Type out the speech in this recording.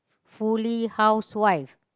fully housewife